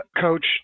coach